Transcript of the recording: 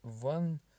one